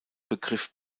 begriff